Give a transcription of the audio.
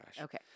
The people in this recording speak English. Okay